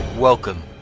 Welcome